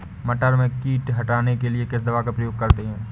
मटर में कीट हटाने के लिए किस दवा का प्रयोग करते हैं?